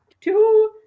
Two